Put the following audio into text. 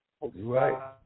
Right